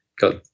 got